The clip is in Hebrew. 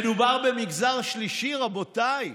מדובר במגזר שלישי, רבותיי.